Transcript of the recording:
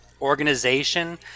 organization